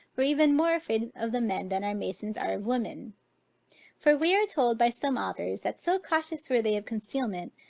were even more afraid of the men than our masons are of women for we are told by some authors, that so cautious were they of concealment,